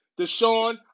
Deshaun